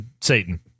Satan